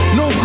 no